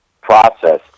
process